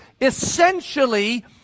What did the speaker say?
essentially